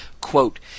Quote